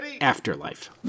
Afterlife